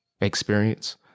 experience